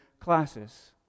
classes